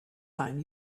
time